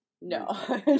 No